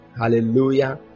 Hallelujah